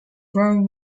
firm